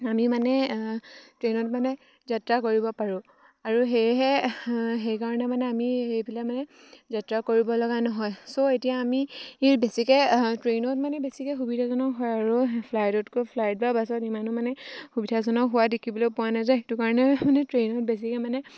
আমি মানে ট্ৰেইনত মানে যাত্ৰা কৰিব পাৰোঁ আৰু সেয়েহে সেইকাৰণে মানে আমি সেইবিলাক মানে যাত্ৰা কৰিব লগা নহয় ছ' এতিয়া আমি বেছিকৈ ট্ৰেইনত মানে বেছিকৈ সুবিধাজনক হয় আৰু ফ্লাইটতকৈ ফ্লাইট বা বাছত ইমানো মানে সুবিধাজনক হোৱা দেখিবলৈ পোৱা নাযায় সেইটো কাৰণে মানে ট্ৰেইনত বেছিকৈ মানে